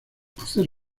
hacer